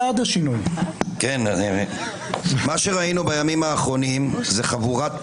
מה שראינו בימים האחרונים זה חבורת פורעים,